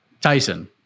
Tyson